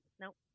Nope